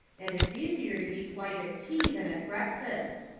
and it's easier to be p'lite at tea than at breakfast.